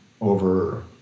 over